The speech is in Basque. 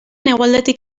hegoaldetik